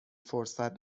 فرصت